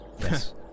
Yes